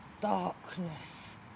darkness